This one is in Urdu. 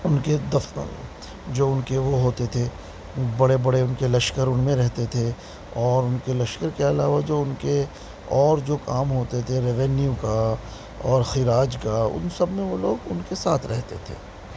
ان کے دفن جو ان کے وہ ہوتے تھے بڑے بڑے ان کے لشکر ان میں رہتے تھے اور ان کے لشکر کے علاوہ جو ان کے اور جو کام ہوتے تھے ریوینیو کا اور خراج کا ان سب میں وہ لوگ ان کے ساتھ رہتے تھے